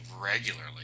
regularly